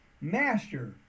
Master